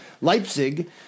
Leipzig